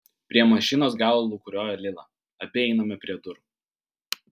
prie mašinos galo lūkuriuoja lila abi einame prie durų